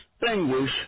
distinguish